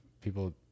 people